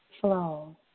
flow